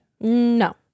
No